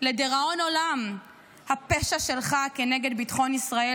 לדיראון עולם הפשע שלך כנגד ביטחון ישראל